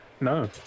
No